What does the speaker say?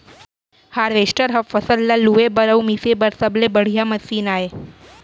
harvester ह फसल ल लूए बर अउ मिसे बर सबले बड़िहा मसीन आय